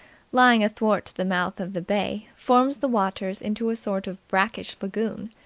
lying athwart the mouth of the bay, forms the waters into a sort of brackish lagoon,